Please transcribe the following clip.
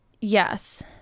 Yes